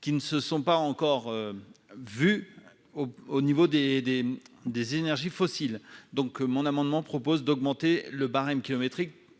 qui ne se sont pas encore vu au niveau des des des énergies fossiles, donc mon amendement propose d'augmenter le barème kilométrique